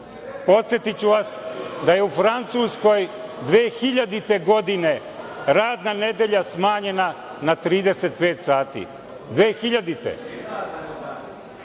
Gori. Podsetiću vas da je u Francuskoj 2000. godine radna nedelja smanjena na 35 sati.